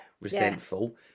resentful